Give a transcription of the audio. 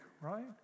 right